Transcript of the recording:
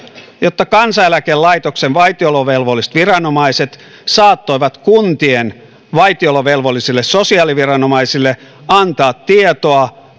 jotta kansaneläkelaitoksen vaitiolovelvolliset viranomaiset saattoivat kuntien vaitiolovelvollisille sosiaaliviranomaisille antaa tietoa